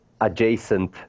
adjacent